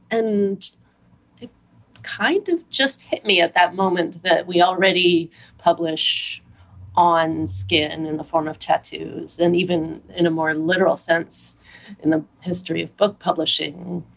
and it kind of just hit me at that moment that we already publish on skin in the form of tattoos, and even in a more literal sense in the history of book publishing,